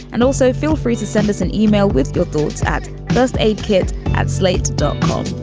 and also feel free to send us an email with your thoughts at first aid kit at slate dot com.